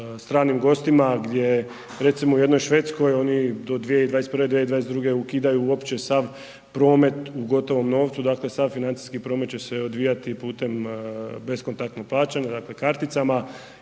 stranim gostima gdje recimo u jednoj Švedskoj oni do 2021., 2022. ukidaju sav promet u gotovom novcu, dakle sav financijski promet će se odvijati putem bezkontaktnog plaćanja, dakle karticama